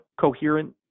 coherent